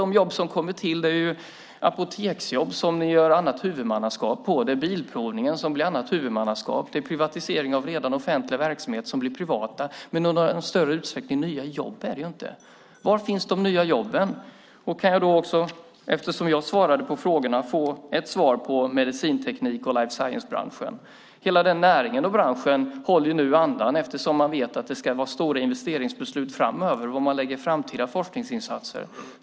De jobb som kommer till är apoteksjobb där ni ändrar huvudmannaskapet, det är Bilprovningen som också får annat huvudmannaskap och det är jobb som kommer till genom privatisering av redan offentlig verksamhet. Men några nya jobb är det inte i någon större utsträckning. Var finns de nya jobben? Kan jag också, eftersom jag svarade på frågorna, få ett svar när det gäller medicinteknik och life science-branschen? Hela den näringen och branschen håller nu andan eftersom man vet att det ska vara stora investeringsbeslut framöver om var man lägger framtida forskningsinsatser.